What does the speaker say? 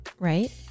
Right